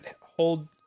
hold